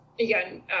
again